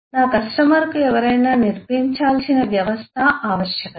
నా కస్టమర్కు ఎవరైనా నిర్మించాల్సిన వ్యవస్థ ఆవశ్యకత